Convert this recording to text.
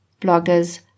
bloggers